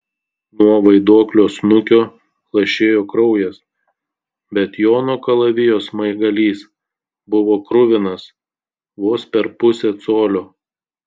nuo vaiduoklio snukio lašėjo kraujas bet jono kalavijo smaigalys buvo kruvinas vos per pusę colio